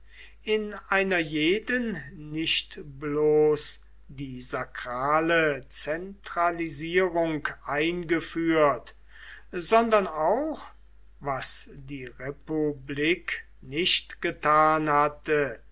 in einer jeden nicht bloß die sakrale zentralisierung eingeführt sondern auch was die republik nicht getan hatte